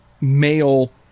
male